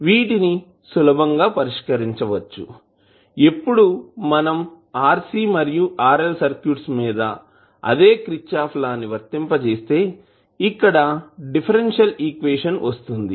వీటిని సులభంగా పరిష్కరించవచ్చు ఎప్పుడు మనం RC మరియు RL సర్క్యూట్స్ మీద అదే క్రిచ్చాఫ్ లా ని వర్తింపజేస్తే ఇక్కడ డిఫరెన్షియల్ ఈక్వేషన్ వస్తుంది